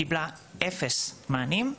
קיבלה אפס מענים.